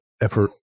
effort